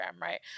right